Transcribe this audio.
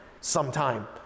sometime